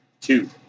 Two